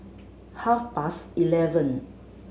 half past eleven